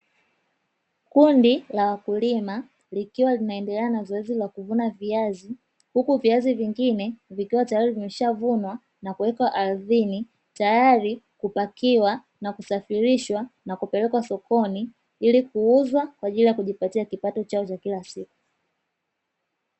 Kundi la wakulima likiwa linaendelea na zoezi la kuvuna viazi, huku viazi vingine vikiwa tayari vimeshavunwa na kuwekwa ardhini, tayari kupakiwa na kusafirishwa na kupelekwa sokoni; ili kuuzwa kwa ajili ya kujipatia kipato chao cha kila siku.